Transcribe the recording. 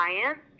clients